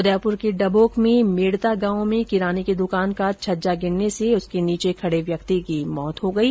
उदयप्र के डबोक में मेड़ता गांव में किराने की द्वकान का छज्जा गिरने से उसके नीचे खड़े व्यक्ति की मौत हो गयी